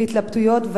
בהתלבטויות,